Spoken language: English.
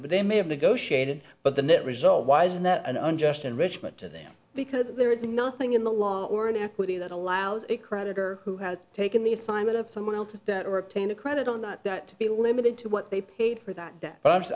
better but they may have negotiated but the net result why isn't that an unjust enrichment to them because there is nothing in the law or in equity that allows a creditor who has taken the assignment of someone else's debt or obtain a credit on that that to be limited to what they paid for that